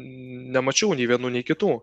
nemačiau nei vienų nei kitų